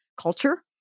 culture